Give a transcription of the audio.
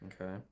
okay